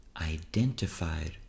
identified